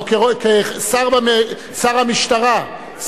או כשר המשטרה,